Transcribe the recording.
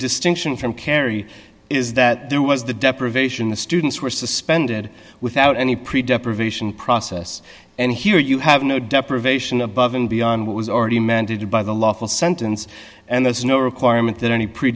distinction from kerry is that there was the deprivation the students were suspended without any predisposition process and here you have no deprivation above and beyond what was already mandated by the lawful sentence and there's no requirement that any pr